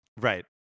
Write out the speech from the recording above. Right